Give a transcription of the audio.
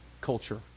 culture